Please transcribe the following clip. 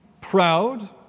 proud